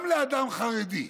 גם לאדם חרדי.